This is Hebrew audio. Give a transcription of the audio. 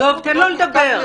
דב, תן לו לדבר.